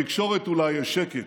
בתקשורת אולי יש שקט,